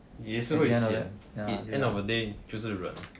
也是会 sian end of the day 就是忍